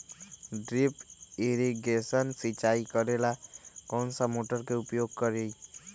Drip irrigation सिंचाई करेला कौन सा मोटर के उपयोग करियई?